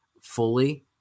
fully